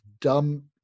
dumb